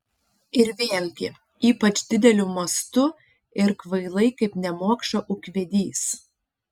ir vėlgi ypač dideliu mastu ir kvailai kaip nemokša ūkvedys